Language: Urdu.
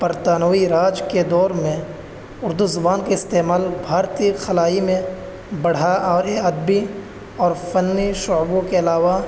برطانوی راج کے دور میں اردو زبان کے استعمال بھارتیہ خلائی میں بڑھا اور یہ ادبی اور فنی شعبوں کے علاوہ